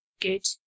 Good